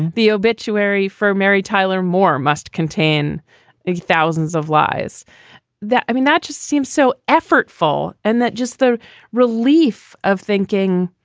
the obituary for mary tyler moore must contain a thousands of lies that i mean, that just seems so effortful and that just the relief of thinking.